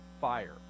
fire